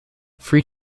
free